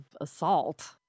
assault